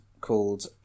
called